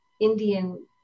Indian